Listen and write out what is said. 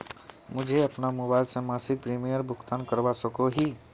मुई अपना मोबाईल से मासिक प्रीमियमेर भुगतान करवा सकोहो ही?